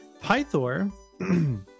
Pythor